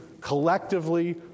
collectively